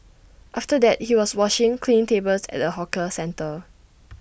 after that he was washing cleaning tables at A hawker centre